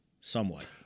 somewhat